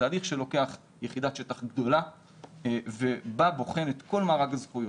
זה הליך שלוקח יחידת שטח גדולה ובא ובוחן את כל מארג הזכויות,